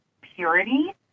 purity